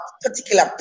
particular